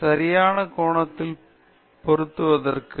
சரியான கோணத்தில் பொருத்துவதற்கு